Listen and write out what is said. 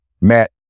Matt